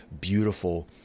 beautiful